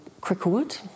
Cricklewood